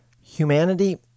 humanity